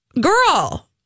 girl